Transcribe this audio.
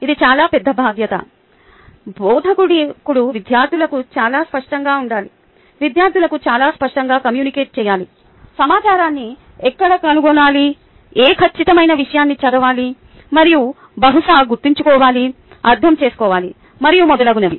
ఇది చాలా పెద్ద బాధ్యత బోధకుడు విద్యార్థులకు చాలా స్పష్టంగా ఉండాలి విద్యార్థులకు చాలా స్పష్టంగా కమ్యూనికేట్ చేయాలి సమాచారాన్ని ఎక్కడ కనుగొనాలి ఏ ఖచ్చితమైన విషయాన్ని చదవాలి మరియు బహుశా గుర్తుంచుకోవాలి అర్థం చేసుకోవాలి మరియు మొదలగునవి